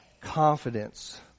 confidence